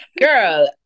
Girl